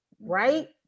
right